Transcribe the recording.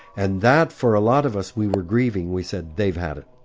and that, for a lot of us, we were grieving. we said they've had it.